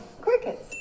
crickets